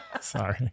Sorry